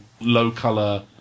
low-color